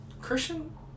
Christian